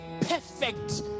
perfect